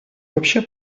вообще